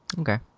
Okay